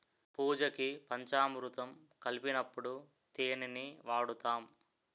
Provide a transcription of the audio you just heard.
పూజకి పంచామురుతం కలిపినప్పుడు తేనిని వాడుతాము